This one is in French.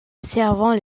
servant